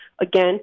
Again